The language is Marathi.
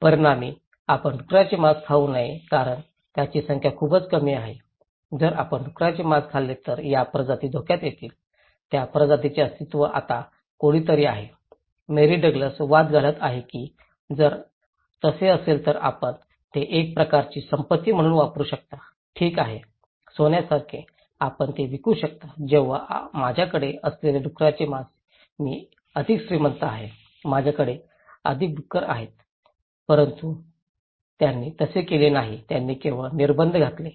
परिणामी आपण डुकराचे मांस खाऊ नये कारण त्यांची संख्या खूपच कमी आहे जर आपण डुकराचे मांस खाल्ले तर या प्रजाती धोक्यात येतील त्या प्रजातीचे अस्तित्व आता कोणीतरी आहे मेरी डग्लस वाद घालत आहेत की जर तसे असेल तर आपण ते एक प्रकारची संपत्ती म्हणून वापरू शकता ठीक आहे सोन्यासारखे आपण ते विकू शकता जेव्हा माझ्याकडे असलेले डुकराचे मांस मी अधिक श्रीमंत आहे माझ्याकडे अधिक डुकर आहेत परंतु त्यांनी तसे केले नाही त्यांनी केवळ निर्बंध घातले